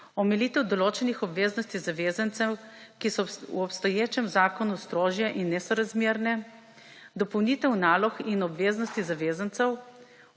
omilitev določenih obveznosti zavezancev, ki so v obstoječem zakonu strožje in nesorazmerne, dopolnitev nalog in obveznosti zavezancev,